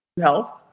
health